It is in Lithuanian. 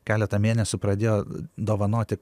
keletą mėnesių pradėjo dovanoti